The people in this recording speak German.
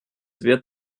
wird